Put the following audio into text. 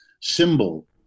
symbol